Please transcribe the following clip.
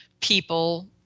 People